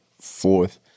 fourth